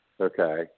okay